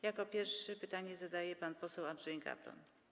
Jako pierwszy pytanie zadaje pan poseł Andrzej Gawron.